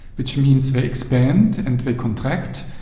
which means they expand and they contract,